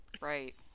Right